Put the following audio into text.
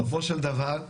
בסופו של דבר,